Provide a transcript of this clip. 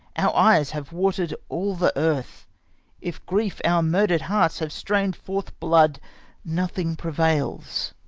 our eyes have water'd all the earth if grief, our murder'd hearts have strain'd forth blood nothing prevails,